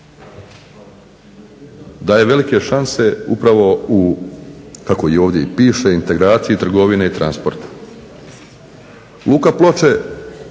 daje velike šanse upravo u kako ovdje i piše integracije trgovine i transporta. Luka Ploče